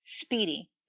speedy